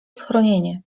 schronienie